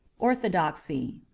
orthodoxy